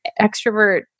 extrovert